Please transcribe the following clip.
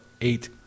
eight